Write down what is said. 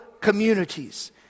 communities